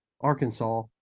Arkansas